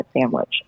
sandwich